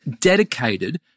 dedicated